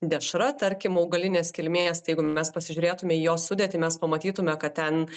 dešra tarkim augalinės kilmės tai jeigu mes pasižiūrėtume į jo sudėtį mes pamatytume kad ten